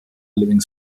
living